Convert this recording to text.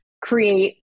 create